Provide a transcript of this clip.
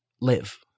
live